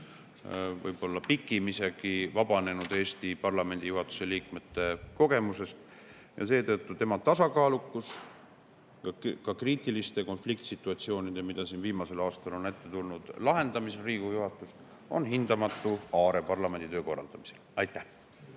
Võib-olla isegi [suurim] vabanenud Eesti parlamendi juhatuse liikmete kogemusest. Seetõttu on tema tasakaalukus ka kriitiliste konfliktsituatsioonide, mida siin viimasel aastal on ette tulnud, lahendamisel Riigikogu juhatuses hindamatu aare parlamendi töö korraldamisel. Aitäh!